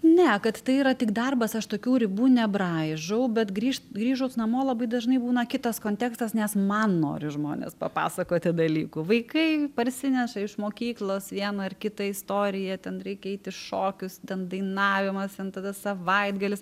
ne kad tai yra tik darbas aš tokių ribų nebraižau bet grįžt grįžus namo labai dažnai būna kitas kontekstas nes man nori žmonės papasakoti dalykų vaikai parsineša iš mokyklos vieną ar kitą istoriją ten reikia eit į šokius ten dainavimas ten tada savaitgalis